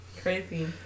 Crazy